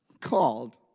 called